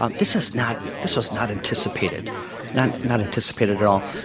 ah this is not this was not anticipated not not anticipated at all.